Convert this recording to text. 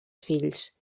fills